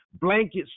blankets